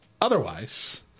otherwise